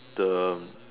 the